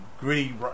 gritty